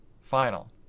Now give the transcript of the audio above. final